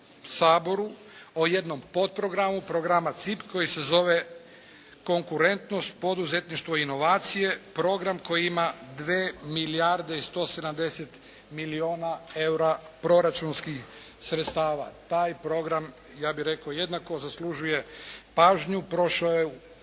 saboru o jednom potprogramu programa CIP koji se zove konkurentnost, poduzetništvo inovacije, program koji ima 2 milijarde i 170 milijuna eura proračunskih sredstava, taj program, ja bih rekao, jednako zaslužuje pažnju, prošao je